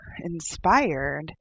inspired